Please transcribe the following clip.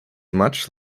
much